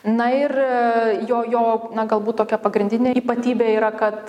na ir jo jo na galbūt tokia pagrindinė ypatybė yra kad